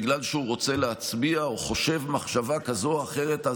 שבגלל שהוא רוצה להצביע או חושב מחשבה כזאת או אחרת,